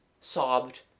sobbed